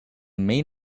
main